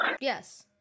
Yes